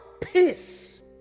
peace